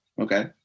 Okay